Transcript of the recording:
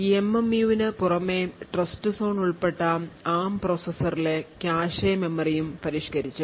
എംഎംയുവിന് പുറമേ ട്രസ്റ്റ്സോൺ ഉൾപ്പെട്ട ARM പ്രോസസറുകളിലെ കാഷെ മെമ്മറിയും പരിഷ്ക്കരിച്ചു